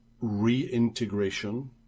reintegration